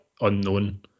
unknown